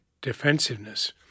defensiveness